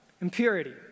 impurity